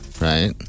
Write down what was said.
right